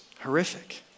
horrific